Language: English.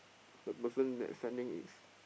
the person that is sending is